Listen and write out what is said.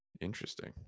Interesting